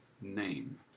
name